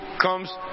comes